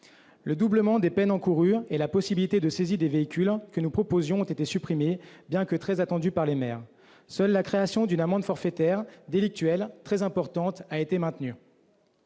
le doublement des peines encourues et la possibilité de saisie des véhicules que nous proposions d'instaurer ont été supprimés. Seule la création d'une amende forfaitaire délictuelle très importante a été maintenue.